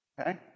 Okay